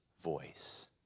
voice